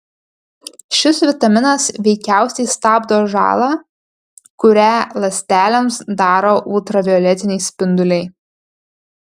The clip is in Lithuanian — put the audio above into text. šis vitaminas veikiausiai stabdo žalą kurią ląstelėms daro ultravioletiniai spinduliai